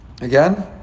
Again